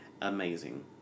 amazing